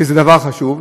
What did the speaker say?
שזה דבר חשוב.